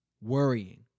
worrying